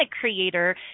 creator